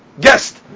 guest